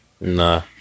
Nah